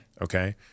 Okay